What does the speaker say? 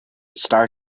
star